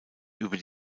über